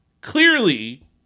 Clearly